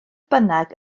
bynnag